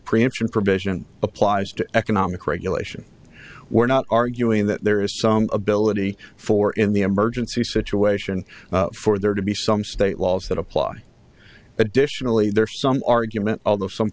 preemption provision applies to economic regulation we're not arguing that there is some ability for in the emergency situation for there to be some state laws that apply additionally there some argument although some